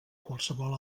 qualsevol